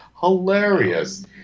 hilarious